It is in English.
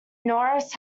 norris